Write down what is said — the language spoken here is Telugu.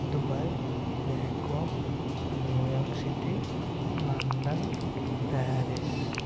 Dubai Bangkok New York City London Paris